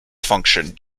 function